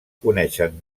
coneixen